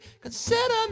consider